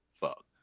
fuck